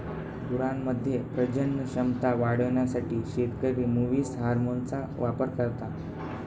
गुरांमध्ये प्रजनन क्षमता वाढवण्यासाठी शेतकरी मुवीस हार्मोनचा वापर करता